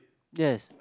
yes